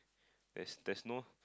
there's there's no